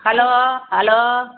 hello hello